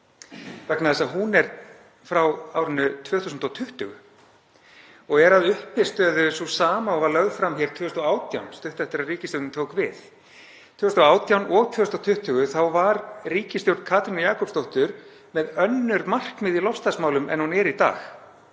vegna þess að hún er frá árinu 2020 og er að uppistöðu til sú sama og var lögð fram 2018, stuttu eftir að ríkisstjórnin tók við. Árin 2018 og 2020 var ríkisstjórn Katrínar Jakobsdóttur með önnur markmið í loftslagsmálum en hún er í dag.